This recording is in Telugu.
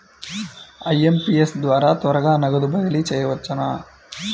ఐ.ఎం.పీ.ఎస్ ద్వారా త్వరగా నగదు బదిలీ చేయవచ్చునా?